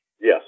Yes